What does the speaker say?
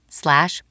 slash